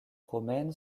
romaines